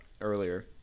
earlier